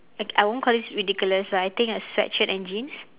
like I won't call this ridiculous but I think a sweatshirt and jeans